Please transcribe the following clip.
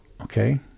Okay